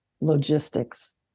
logistics